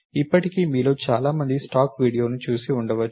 ఇప్పటికి మీలో చాలా మంది స్టాక్ వీడియోను చూసి ఉండవచ్చు